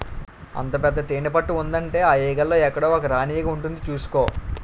అంత పెద్ద తేనెపట్టు ఉందంటే ఆ ఈగల్లో ఎక్కడో ఒక రాణీ ఈగ ఉంటుంది చూసుకో